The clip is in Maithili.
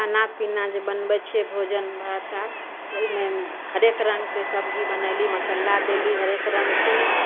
खाना पीना जे बनबै छियै भोजन भात आर ओहिमे हरेक रङ्गके सब्जी बनैली मसल्ला देली हरेक रङ्गके